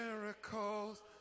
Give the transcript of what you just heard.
miracles